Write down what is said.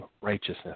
righteousness